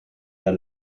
der